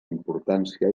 importància